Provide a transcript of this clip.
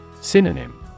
Synonym